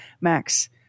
Max